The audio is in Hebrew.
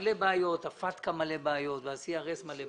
מלא בעיות, הפטקא מלא בעיות וה-CRS מלא בעיות.